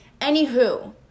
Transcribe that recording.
Anywho